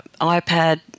iPad